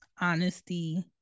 honesty